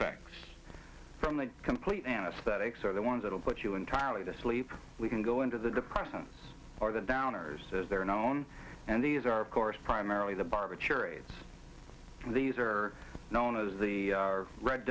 effects from the complete anesthetics are the ones that will put you entirely to sleep we can go into the depressants are the downers as they're known and these are of course primarily the barbiturates these are known as the